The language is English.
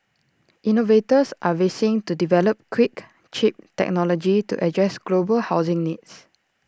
innovators are racing to develop quick cheap technology to address global housing needs